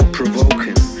provoking